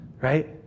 right